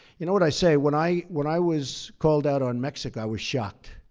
you know what i say when i when i was called out on mexico, i was shocked.